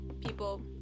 people